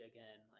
Again